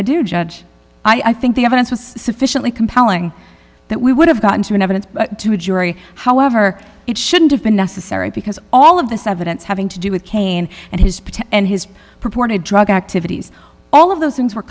i do judge i think the evidence was sufficiently compelling that we would have gotten to an evidence to a jury however it shouldn't have been necessary because all of this evidence having to do with kane and his protests and his purported drug activities all of those things were